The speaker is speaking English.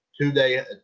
two-day